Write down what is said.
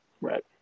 Right